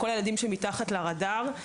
לכל הילדים שמתחת לרדאר.